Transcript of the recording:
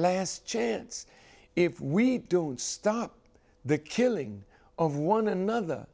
last chance if we don't stop the killing of one another